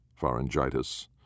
pharyngitis